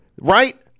Right